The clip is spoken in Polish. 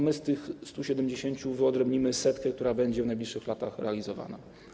My z tych 170 wyodrębnimy setkę, która będzie w najbliższych latach realizowana.